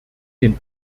den